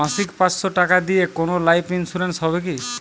মাসিক পাঁচশো টাকা দিয়ে কোনো লাইফ ইন্সুরেন্স হবে কি?